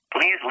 Please